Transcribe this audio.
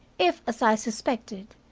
if, as i suspected,